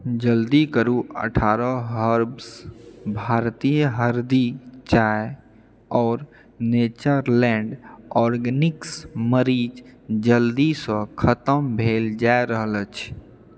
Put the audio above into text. जल्दी करु अठारह हर्ब्स भारतीय हरदि चाय आओर नेचरलैंड ऑर्गेनिक्स मरीच जल्दीसँ खतम भेल जा रहल अछि